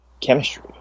chemistry